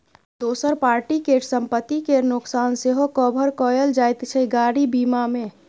दोसर पार्टी केर संपत्ति केर नोकसान सेहो कभर कएल जाइत छै गाड़ी बीमा मे